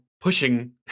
pushing